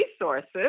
resources